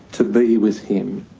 to be with him,